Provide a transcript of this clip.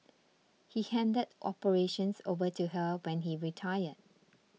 he handed operations over to her when he retired